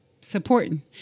supporting